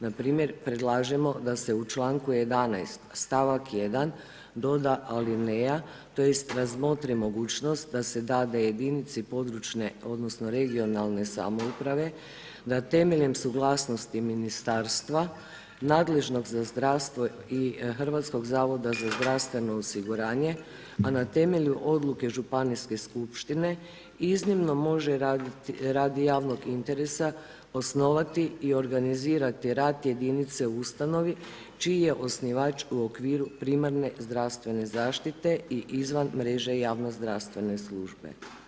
Npr. predlažemo da se u čl. 11., st. 1. doda alineja tj. razmotri mogućnost da se dade jedinici područne odnosno regionalne samouprave da temeljem suglasnosti Ministarstva nadležnog za zdravstvo i HZZO-a, a na temelju odluke županijske skupštine iznimno može radi javnog interesa osnovati i organizirati rad jedinice u ustanovi čiji je osnivač u okviru primarne zdravstvene zaštite i izvan mreže javno zdravstvene službe.